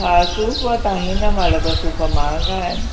हा सूफ़ तव्हां हिन महिल त सूफ़ महांगा आहिनि